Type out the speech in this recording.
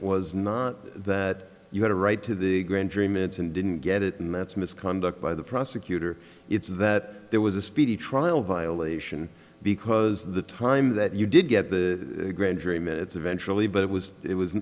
was not that you had a right to the grand jury minutes and didn't get it and that's misconduct by the prosecutor it's that there was a speedy trial violation because the time that you did get the grand jury minutes eventually but it was it was